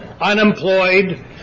unemployed